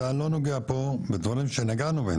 אתה לא נוגע פה בדברים שנגענו בהם,